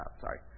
sorry